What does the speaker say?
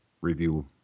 review